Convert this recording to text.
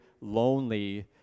lonely